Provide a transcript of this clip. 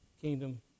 kingdom